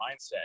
mindset